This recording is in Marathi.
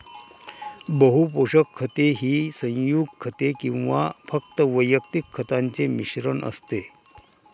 बहु पोषक खते ही संयुग खते किंवा फक्त वैयक्तिक खतांचे मिश्रण असते